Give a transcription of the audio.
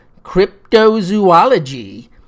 cryptozoology